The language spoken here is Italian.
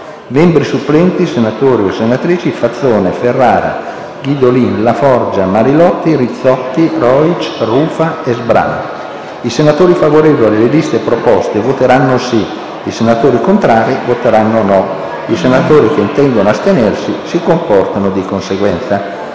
Membri supplenti, senatori: Fazzone, Ferrara, Guidolin, Laforgia, Marilotti, Rizzotti, Rojc, Rufa e Sbrana. I senatori favorevoli alle liste proposte voteranno sì. I senatori contrari voteranno no. I senatori che intendono astenersi si comporteranno di conseguenza.